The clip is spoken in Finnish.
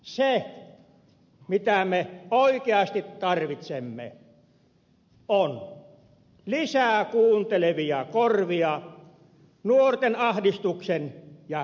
se mitä me oikeasti tarvitsemme on lisää kuuntelevia korvia nuorten ahdistuksen ja hädän hetkellä